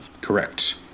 Correct